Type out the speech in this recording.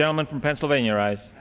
gentleman from pennsylvania rise